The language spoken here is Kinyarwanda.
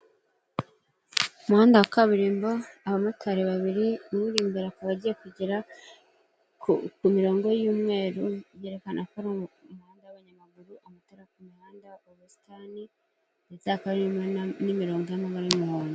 Umuhanda wa kaburimbo, abamotari babiri umwe uri imbere akaba agiye kugera ku mirongo y'umweru byerekana ko ari umuhanda w'abanyamaguru, amatara ku mihanda, ubusitani ndetse hakaba hari n'imirongo y'umuhondo.